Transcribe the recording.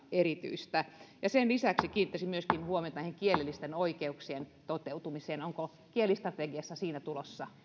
erityistä sen lisäksi kiinnittäisin myöskin huomiota kielellisten oikeuksien toteutumiseen onko kielistrategiassa siihen tulossa